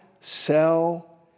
sell